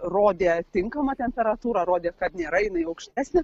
rodė tinkamą temperatūrą rodė kad nėra jinai jau aukštesnė